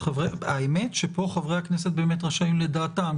האמת שפה חברי הכנסת באמת רשאים לדעתם,